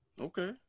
Okay